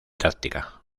táctica